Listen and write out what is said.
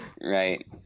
Right